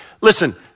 listen